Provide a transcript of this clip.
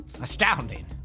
astounding